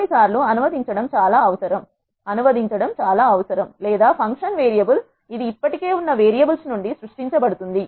కొన్నిసార్లు అనువదించడం చాలా అవసరం లేదా ఫంక్షన్ వేరియబుల్ ఇది ఇప్పటికే ఉన్న వేరియబుల్స్ నుండి సృష్టించబడుతుంది